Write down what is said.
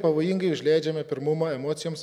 pavojingai užleidžiame pirmumą emocijoms